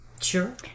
Sure